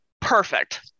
perfect